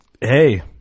Hey